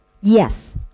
Yes